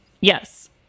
Yes